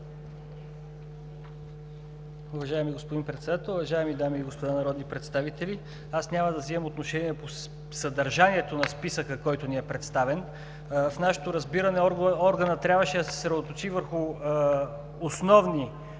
Уважаеми господин Председател, уважаеми дами и господа народни представители! Аз няма да вземам отношение по съдържанието на списъка, който ни е представен. В нашето разбиране органът трябваше да се съсредоточи върху основни